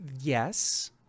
Yes